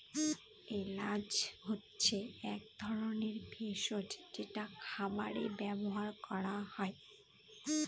এলাচ হচ্ছে এক ধরনের ভেষজ যেটা খাবারে ব্যবহার করা হয়